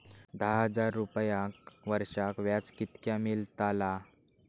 दहा हजार रुपयांक वर्षाक व्याज कितक्या मेलताला?